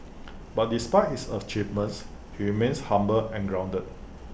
but despite his achievements he remains humble and grounded